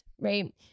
right